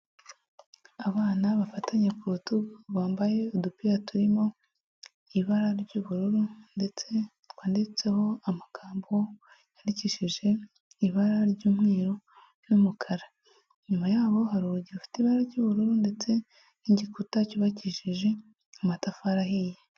Abana bafatanye ku rutugu, bambaye udupira turimo ibara ry'ubururu ndetse twanditseho amagambo yandikishije ibara ry'umweru n'umukara. Inyuma yabo hari urugi rufite ibara ry'ubururu ndetse n'igikuta cyubakishije amatafari ahiye.